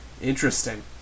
Interesting